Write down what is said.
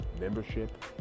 membership